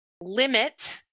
limit